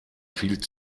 viel